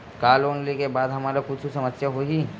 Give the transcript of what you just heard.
का लोन ले के बाद हमन ला कुछु समस्या होही?